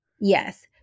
Yes